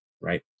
right